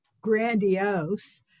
grandiose